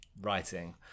writing